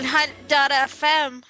Hunt.fm